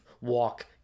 walk